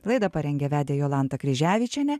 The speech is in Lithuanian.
laidą parengė vedė jolanta kryževičienė